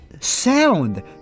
Sound